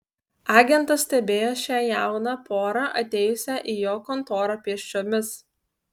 agentas stebėjo šią jauną porą atėjusią į jo kontorą pėsčiomis